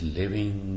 living